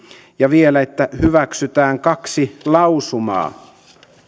ja vielä että hyväksytään kaksi lausumaa